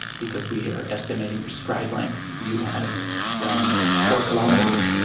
because we are estimating your stride length, you have run four kilometres.